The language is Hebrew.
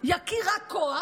יכיר רק כוח.